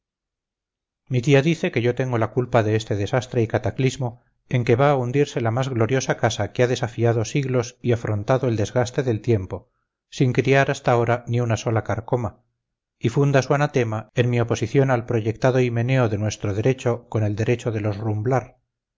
mi tía dice que yo tengo la culpa de este desastre y cataclismo en que va a hundirse la más gloriosa casa que ha desafiado siglos y afrontado el desgaste del tiempo sin criar hasta ahora ni una sola carcoma y funda su anatema en mi oposición al proyectado himeneo de nuestro derecho con el derecho de los rumblar